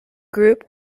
group